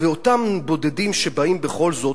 ואותם בודדים שבאים בכל זאת,